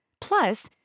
Plus